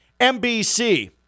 NBC